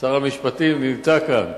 שר המשפטים נמצא כאן.